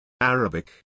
Arabic